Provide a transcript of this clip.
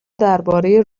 درباره